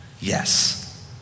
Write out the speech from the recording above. Yes